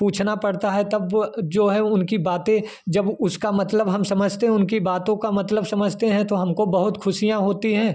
पूछना पड़ता है तब जो है उनकी बातें जब उसका मतलब हम समझते हैं उनकी बातों का मतलब समझते हैं तो हमको बहुत ख़ुशियाँ होती है